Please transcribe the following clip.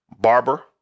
Barber